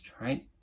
right